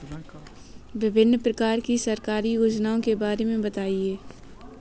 विभिन्न प्रकार की सरकारी योजनाओं के बारे में बताइए?